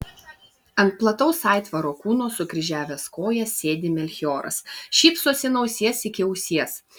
ant plataus aitvaro kūno sukryžiavęs kojas sėdi melchioras šypsosi nuo ausies iki ausies